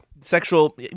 sexual